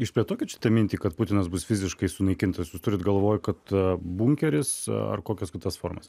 išplėtojo šitą mintį kad putinas bus fiziškai sunaikintas jūs turite galvoje kad bunkeris ar kokias kitas formas